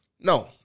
No